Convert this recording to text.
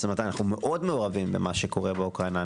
אנחנו מאוד מעורבים במה שקורה באוקראינה.